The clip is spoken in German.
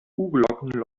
kuhglocken